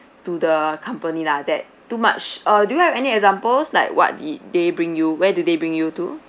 to the company lah that too much uh do you have any examples like what did they bring you where do they bring you to